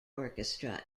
orchestra